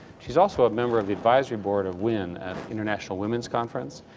she's also a member of advisory board of win, an international women's conference,